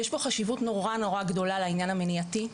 יש פה חשיבות מאוד גדולה לעניין המניעתי,